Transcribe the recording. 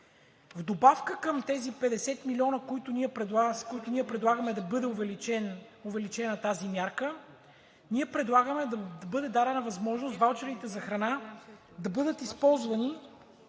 В добавка към тези 50 млн. лв., с които ние искаме да бъде увеличена тази мярка, ние предлагаме да бъде дадена възможност ваучери за храна да бъдат използвани